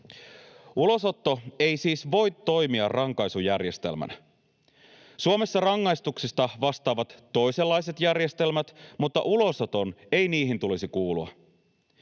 Ulosotto ei siis voi toimia rankaisujärjestelmänä. Suomessa rangaistuksista vastaavat toisenlaiset järjestelmät, mutta ulosoton ei tulisi kuulua